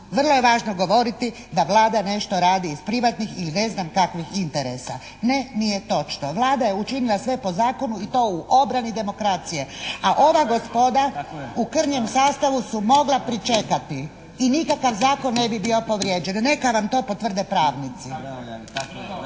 vrlo je važno govoriti da Vlada nešto radi iz privatnih ili ne znam kakvih interesa. Ne. Nije točno. Vlada je učinila sve po zakonu i to u obrani demokracije a ova gospoda u krnjem sastavu su mogla pričekati i nikakav zakon ne bi bio povrijeđen. Neka vam to potvrde pravnici.